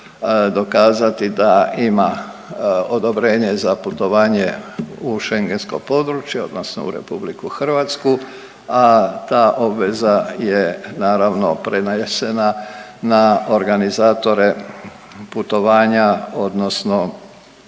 dokazati da ima odobrenje za putovanje u Schengensko područje odnosno u RH, a ta obveza je naravno prenesena na organizatore putovanja odnosno